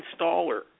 installer